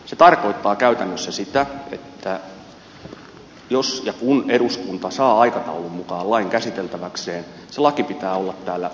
se tarkoittaa käytännössä sitä että jos ja kun eduskunta saa aikataulun mukaan lain käsiteltäväkseen se laki pitää olla täällä ensi syksynä